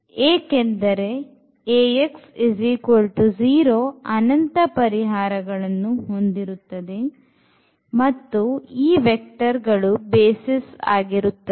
ಏಕೆಂದರೆ Ax 0 ಅನಂತ ಪರಿಹಾರಗಳನ್ನು ಹೊಂದಿರುತ್ತದೆ ಮತ್ತು ಈ vector ಗಳು basis ಆಗಿರುತ್ತದೆ